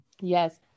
Yes